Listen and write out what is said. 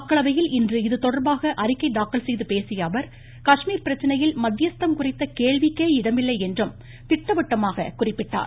மக்களவையில் இன்று இதுதொடர்பாக அறிக்கை தாக்கல் செய்து பேசிய அவர் காஷ்மீர் பிரச்னையில் மத்தியஸ்தம் குறித்த கேள்விக்கே இடமில்லை என்றும் திட்டவட்டமாக குறிப்பிட்டார்